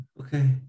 okay